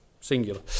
singular